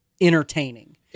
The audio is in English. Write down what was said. entertaining